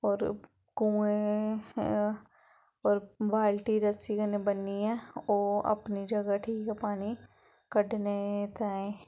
होर कुएं पर बाल्टी रस्सी कन्नै बनियै ओह् अपनी जगह् ठीक ऐ पानी कड्ढने ताहीं